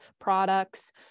products